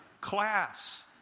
Class